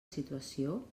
situació